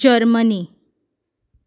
Germany